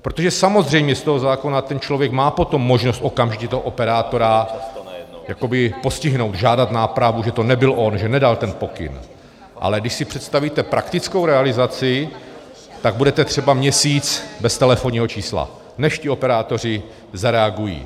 Protože samozřejmě z toho zákona ten člověk má potom možnost okamžitě toho operátora jakoby postihnout, žádat nápravu, že to nebyl on, že nedal ten pokyn, ale když si představíte praktickou realizaci, tak budete třeba měsíc bez telefonního čísla, než ti operátoři zareagují.